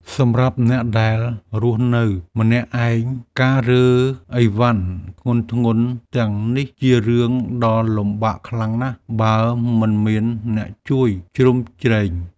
សម្រាប់អ្នកដែលរស់នៅម្នាក់ឯងការរើអីវ៉ាន់ធ្ងន់ៗទាំងនេះជារឿងដ៏លំបាកខ្លាំងណាស់បើមិនមានអ្នកជួយជ្រោមជ្រែង។